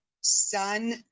son